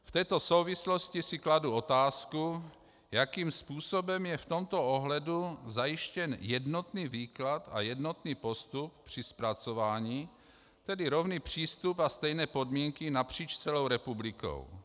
V této souvislosti si kladu otázku, jakým způsobem je v tomto ohledu zajištěn jednotný výklad a jednotný postup při zpracování, tedy rovný přístup a stejné podmínky napříč celou republikou.